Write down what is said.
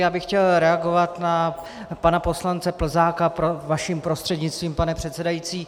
Já bych chtěl reagovat na pana poslance Plzáka vaším prostřednictvím, pane předsedající.